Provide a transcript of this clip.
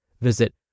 Visit